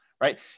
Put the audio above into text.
right